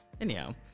Anyhow